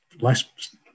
less